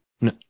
No